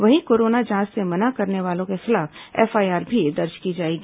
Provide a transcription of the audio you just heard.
वहीं कोरोना जांच से मना करने वालों के खिलाफ एफआईआर भी दर्ज की जाएगी